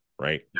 right